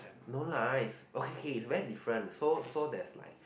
not nice oh K K it's very different so so there's like